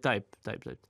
taip taip taip taip